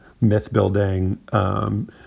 myth-building